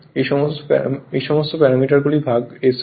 এই সমস্ত প্যারামিটার ভাগ s হয়